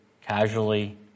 casually